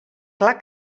clar